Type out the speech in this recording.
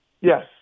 Yes